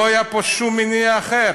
לא היה פה שום מניע אחר.